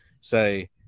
say